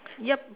yup